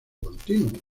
continuo